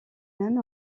même